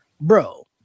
bro